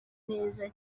neza